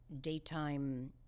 daytime